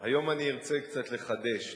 היום אני ארצה קצת לחדש,